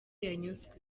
yanyuzwe